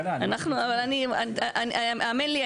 האמן לי,